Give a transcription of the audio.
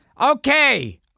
Okay